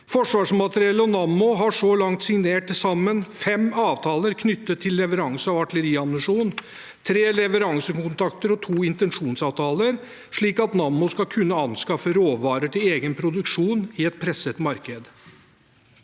Forsvarsmateriell og Nammo har så langt signert til sammen fem avtaler knyttet til leveranse av artilleriammunisjon, tre leveransekontrakter og to intensjonsavtaler, slik at Nammo skal kunne anskaffe råvarer til egen produksjon i et presset marked.